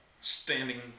standing